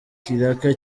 ikiraka